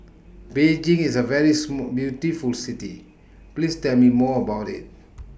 Beijing IS A very Small beautiful City Please Tell Me More about IT